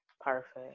Perfect